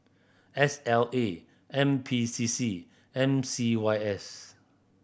S L A N P C C M C Y S